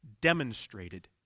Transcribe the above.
demonstrated